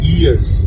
years